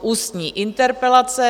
Ústní interpelace